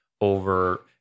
over